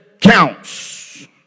counts